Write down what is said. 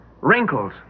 wrinkles